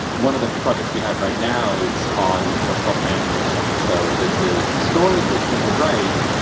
one of the projects we have right now is on what's called fanfiction. so this is stories that people write,